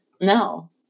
no